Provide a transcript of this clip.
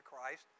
Christ